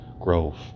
growth